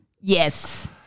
Yes